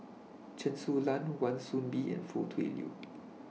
Chen Su Lan Wan Soon Bee and Foo Tui Liew